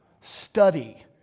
Study